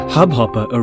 Hubhopper